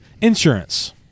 Insurance